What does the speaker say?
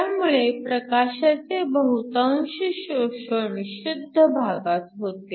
त्यामुळे प्रकाशाचे बहुतांश शोषण शुद्ध भागात होते